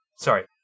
sorry